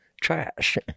trash